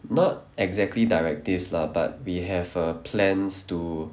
not exactly directives lah but we have err plans to